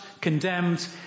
condemned